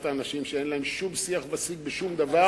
אנשים שאין להם שום שיח ושיג בשום דבר.